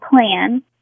plan